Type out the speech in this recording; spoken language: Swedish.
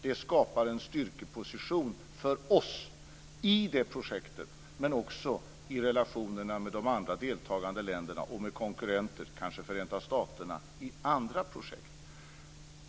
Det skapar en styrkeposition för oss i det projektet, men också i relationerna med de andra deltagande länderna och med konkurrenter, kanske också med Förenta staterna, i andra projekt.